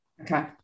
okay